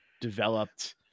developed